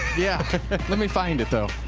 yeah let me find it, though.